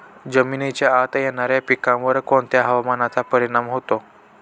जमिनीच्या आत येणाऱ्या पिकांवर कोणत्या हवामानाचा परिणाम होतो?